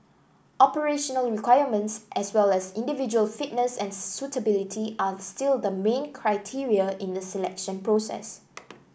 operational requirements as well as individual fitness and suitability are still the main criteria in the selection process